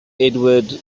edward